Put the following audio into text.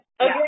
Okay